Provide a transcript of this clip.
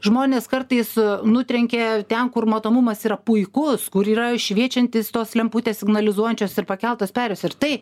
žmones kartais nutrenkia ten kur matomumas yra puikus kur yra šviečiantys tos lemputės signalizuojančios ir pakeltos perėjos ir tai